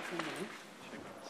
אדוני היושב-ראש,